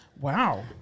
Wow